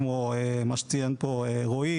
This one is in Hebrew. כמו מה שציין פה רועי,